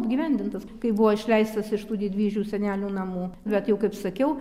apgyvendintas kai buvo išleistas iš tų didvyžių senelių namų bet jau kaip sakiau